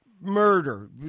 murder